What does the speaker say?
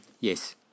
Yes